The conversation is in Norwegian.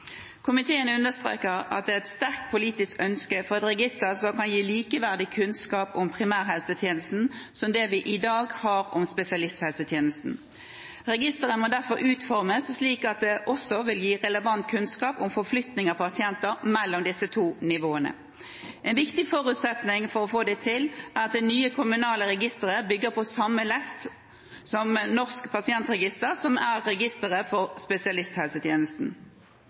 Komiteen understreker at det er et sterkt politisk ønske om et register som kan gi likeverdig kunnskap om primærhelsetjenesten, som det vi i dag har om spesialisthelsetjenesten. Registeret må derfor utformes slik at det også vil gi relevant kunnskap om forflytning av pasienter mellom disse to nivåene. En viktig forutsetning for å få det til er at det nye kommunale registeret er bygget over samme lest som Norsk pasientregister, som er registeret for spesialisthelsetjenesten.